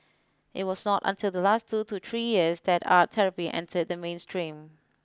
it was not until the last two to three years that art therapy entered the mainstream